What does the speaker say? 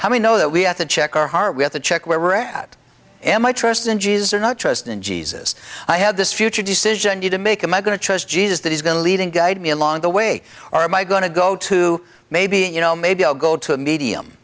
how we know that we have to check our heart with a check where we're at and my trust in jesus or not trust in jesus i have this future decision to make i'm a going to trust jesus that he's going to lead and guide me along the way or am i going to go to maybe you know maybe i'll go to a medium